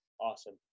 Awesome